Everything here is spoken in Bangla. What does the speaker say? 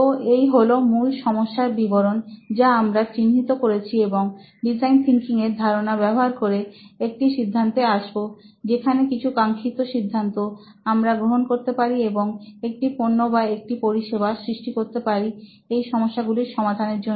তো এই হল মূল সমস্যা বিবরণ যা আমরা চিহ্নিত করেছি এবং ডিজাইন থিঙ্কিং এর ধারণা ব্যবহার করে একটি সিদ্ধান্তে আসবো যেখানে কিছু কাঙ্খিত সিদ্ধান্ত আমরা গ্রহণ করতে পারি এবং একটি পণ্য বা একটি পরিষেবা সৃষ্টি করতে পারে এই সমস্যা গুলির সমাধানের জন্য